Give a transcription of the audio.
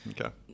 Okay